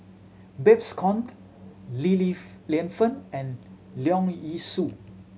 Babes Conde Li Li Lienfung and Leong Yee Soo